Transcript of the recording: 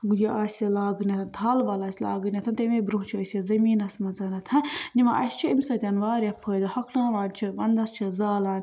یہِ آسہِ لاگُن تھَل وَل آسہِ لاگٕنۍ تَمے برٛونٛہہ چھِ أسۍ یہِ زٔمیٖنَس منٛز نِوان اسہِ چھِ اَمہِ سۭتۍ واریاہ فٲیدٕ ہۄکھناوان چھِ وَنٛدَس چھِ زالان